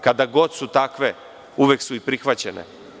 Kada god su takve, uvek su i prihvaćene.